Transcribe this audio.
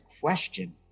question